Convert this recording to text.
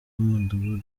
w’umudugudu